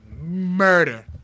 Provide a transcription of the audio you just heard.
murder